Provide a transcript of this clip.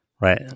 Right